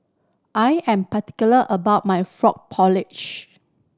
I am particular about my frog porridge